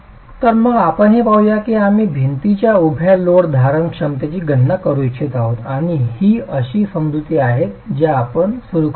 तर मग आपण हे पाहूया की आम्ही भिंतीच्या उभ्या लोड धारण क्षमतेची गणना करू इच्छित आहोत आणि ही अशी समजुती आहेत ज्या आपण सुरू करतो